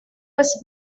was